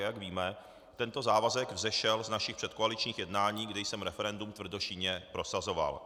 Jak víme, tento závazek vzešel z našich předkoaličních jednání, kdy jsem referendum tvrdošíjně prosazoval.